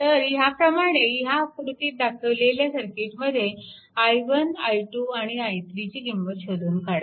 तर ह्याचप्रमाणे ह्या आकृतीमध्ये दाखवलेल्या सर्किटमध्ये i1 i2 आणि i3 ची किंमत शोधून काढा